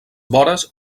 vores